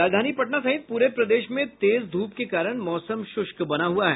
राजधानी पटना सहित पूरे प्रदेश में तेज धूप के कारण मौसम शुष्क बना हुआ है